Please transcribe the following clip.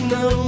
no